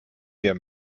wir